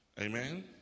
Amen